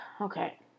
Okay